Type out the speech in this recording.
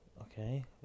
Okay